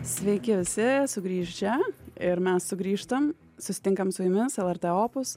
sveiki visi sugrįžę ir mes sugrįžtam susitinkam su jumis lrt opus